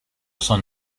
son